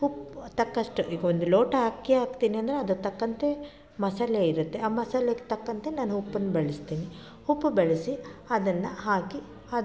ಉಪ್ಪು ತಕ್ಕಷ್ಟು ಈಗ ಒಂದು ಲೋಟ ಅಕ್ಕಿ ಹಾಕ್ತೀನಿ ಅಂದರೆ ಅದಕ್ಕೆ ತಕ್ಕಂತೆ ಮಸಾಲೆ ಇರುತ್ತೆ ಆ ಮಸಾಲೆಗೆ ತಕ್ಕಂತೆ ನಾನು ಉಪ್ಪನ್ನ ಬಳಸ್ತೀನಿ ಉಪ್ಪು ಬಳಸಿ ಅದನ್ನು ಹಾಕಿ ಅದು